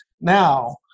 Now